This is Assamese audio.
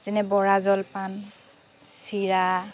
যেনে বৰা জলপান চিৰা